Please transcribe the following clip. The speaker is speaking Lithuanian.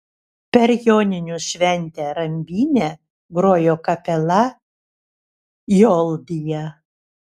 per joninių šventę rambyne grojo kapela joldija